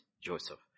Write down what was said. Joseph